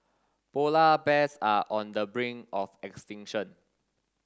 polar bears are on the brink of extinction